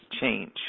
change